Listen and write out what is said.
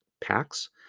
packs